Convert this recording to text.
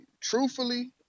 truthfully